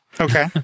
Okay